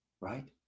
right